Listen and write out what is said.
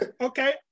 okay